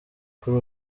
kuri